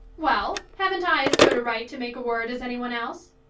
well, haven't i as good a right to make a word as any one else?